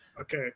Okay